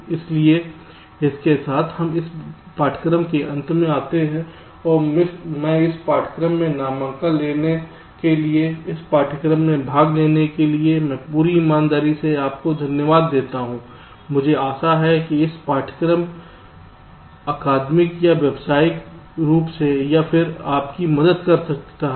इसलिए इसके साथ हम इस पाठ्यक्रम के अंत में आते हैं और मैं इस पाठ्यक्रम में नामांकन लेने के लिए इस पाठ्यक्रम में भाग लेने के लिए मैं पूरी ईमानदारी से आपको धन्यवाद देता हूं कि मुझे आशा है कि यह पाठ्यक्रम अकादमिक या व्यावसायिक रूप से या फिर आपकी कुछ मदद का रहा है